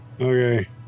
Okay